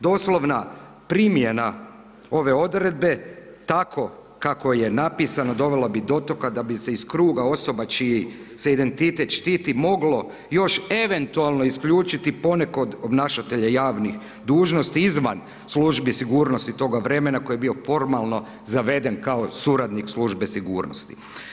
Doslovna primjena ove odredbe tako kako je napisano dovela bi do toga da bi se iz kruga osoba čiji se identitet štiti moglo još eventualno isključiti poneko od obnašatelja javnih dužnosti izvan službi sigurnosti toga vremena koji je bio formalno zaveden kao suradnik službe sigurnosti.